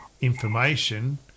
information